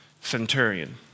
centurion